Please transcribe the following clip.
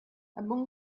among